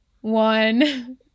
one